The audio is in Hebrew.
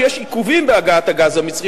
כשיש עיכובים בהגעת הגז המצרי,